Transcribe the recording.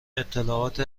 اطلاعات